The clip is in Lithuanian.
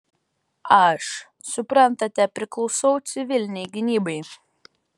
aš suprantate priklausau civilinei gynybai